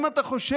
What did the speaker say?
אם אתה חושב,